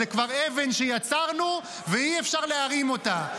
זו כבר אבן שיצרנו ואי-אפשר להרים אותה.